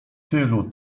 tylu